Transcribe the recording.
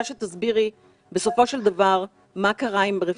שתסבירי בסופו של דבר מה קרה עם רפאל.